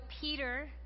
Peter